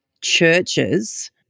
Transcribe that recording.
Churches